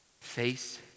face